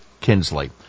Kinsley